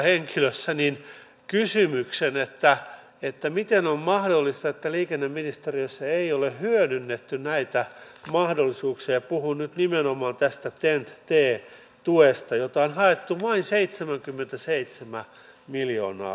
ei ole tarkoitus puuttua joka puheenvuoroon mutta kun edustaja alanko kahiluoto sanoi että hän ei ole missään nimessä halunnut antaa kuvaa että tässä kohdistettiin yhteen henkilöön niin pakko ottaa muutama sitaatti myös hänen sanomisistaan